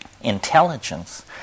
intelligence